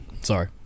Sorry